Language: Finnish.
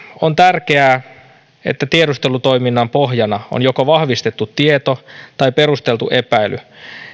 on tärkeää että tiedustelutoiminnan pohjana on joko vahvistettu tieto tai perusteltu epäily